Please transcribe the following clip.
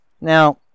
Now